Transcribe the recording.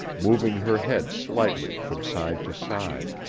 moving her head slightly from side to side.